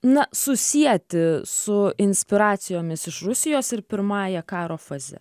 na susieti su inspiracijomis iš rusijos ir pirmąja karo faze